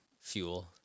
fuel